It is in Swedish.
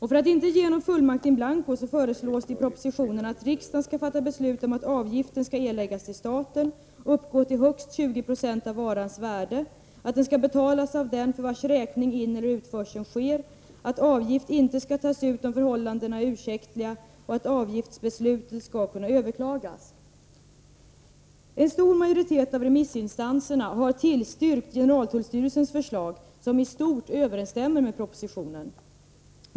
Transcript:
För att inte ge någon fullmakt in blanko föreslås det i propositionen att riksdagen skall fatta beslut om att avgiften skall erläggas till staten och uppgå till högst 20 20 av varans värde, att den skall betalas av den för vars räkning ineller utförseln sker, att avgift inte skall tas ut om förhållandena är ursäktliga och att avgiftsbeslutet skall kunna överklagas. En stor majoritet av remissinstanserna har tillstyrkt generaltullstyrelsens förslag, som i stort överensstämmer med propositionen.